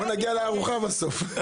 בואו נגיע לארוחה בסוף.